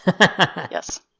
Yes